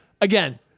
Again